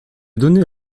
donné